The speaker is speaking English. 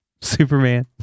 Superman